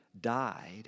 died